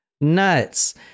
Nuts